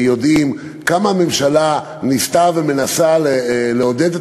יודעים כמה הממשלה ניסתה ומנסה לעודד את